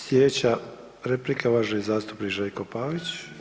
Sljedeća replika uvaženi zastupnik Željko Pavić.